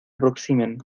aproximen